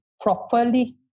properly